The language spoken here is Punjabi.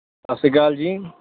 ਸਤਿ ਸ਼੍ਰੀ ਅਕਾਲ ਜੀ